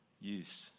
use